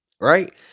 right